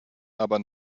aber